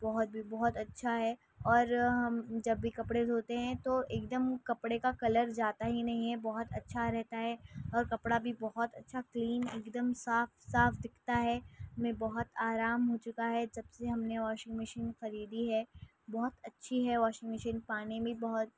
بہت بھی بہت اچھا ہے اور ہم جب بھی کپڑے دھوتے ہیں تو ایک دم کپڑے کا کلر جاتا ہی نہیں ہے بہت اچھا رہتا ہے اور کپڑا بھی بہت اچھا کلین ایک دم صاف صاف دکھتا ہے ہمیں بہت آرام ہو چکا ہے جب سے ہم نے واشنگ مشین خریدی ہے بہت اچھی ہے واشنگ مشین پانی بھی بہت